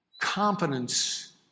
competence